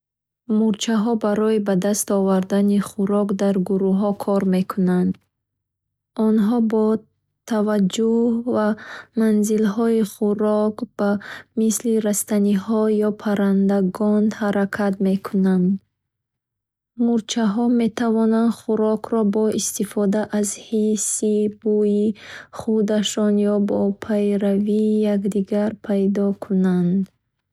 Мурчаҳо барои ба даст овардани хӯрок дар гурӯҳҳо кор мекунанд. Онҳо бо таваҷҷуҳ ба манзилҳои хӯрок, ба мисли растаниҳо ё паррандагон, ҳаракат мекунанд. Мурчаҳо метавонанд хӯрокро бо истифода аз ҳисси бӯи худашон ё бо пайравии якдигар пайдо кунанд.